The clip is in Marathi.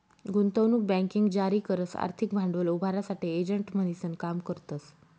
गुंतवणूक बँकिंग जारी करस आर्थिक भांडवल उभारासाठे एजंट म्हणीसन काम करतस